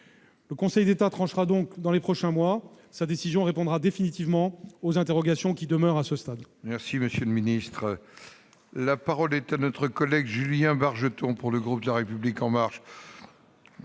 Le Conseil d'État tranchera dans les prochains mois. Sa décision répondra définitivement aux interrogations qui demeurent à ce stade. La parole est à M. Julien Bargeton, pour le groupe La République En Marche.